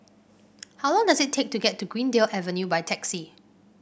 how long does it take to get to Greendale Avenue by taxi